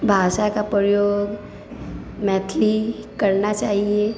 भाषा का प्रयोग मैथिली करना चाहिए